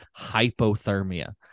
hypothermia